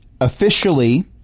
officially